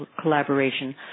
collaboration